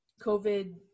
COVID